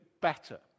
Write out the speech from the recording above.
better